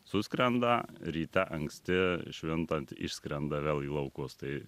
suskrenda ryte anksti švintant išskrenda vėl į laukus tai